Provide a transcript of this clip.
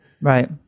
Right